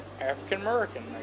African-American